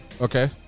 Okay